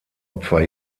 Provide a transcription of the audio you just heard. opfer